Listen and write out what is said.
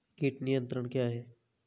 कीट नियंत्रण क्या है?